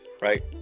right